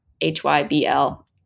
H-Y-B-L